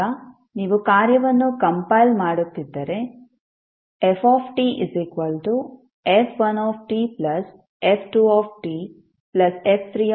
ಈಗ ನೀವು ಕಾರ್ಯವನ್ನು ಕಂಪೈಲ್ ಮಾಡುತ್ತಿದ್ದರೆ ftf1tf2tf3t